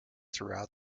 throughout